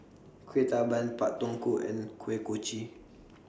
Kueh Talam Pak Thong Ko and Kuih Kochi